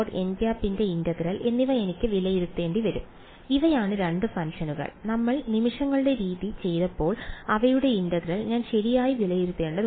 nˆ ന്റെ ഇന്റഗ്രൽ എന്നിവ എനിക്ക് വിലയിരുത്തേണ്ടി വരും ഇവയാണ് 2 ഫംഗ്ഷനുകൾ നമ്മൾ നിമിഷങ്ങളുടെ രീതി ചെയ്യുമ്പോൾ അവയുടെ ഇന്റഗ്രൽ ഞാൻ ശരിയായി വിലയിരുത്തേണ്ടതുണ്ട്